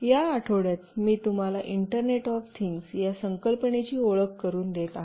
या आठवड्यात मी तुम्हाला इंटरनेट ऑफ थिंग्स या संकल्पनेची ओळख करून देत आहे